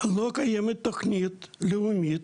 לא קיימת תוכנית לאומית,